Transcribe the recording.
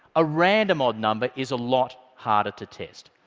a random odd number is a lot harder to test.